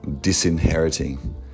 disinheriting